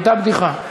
הייתה בדיחה.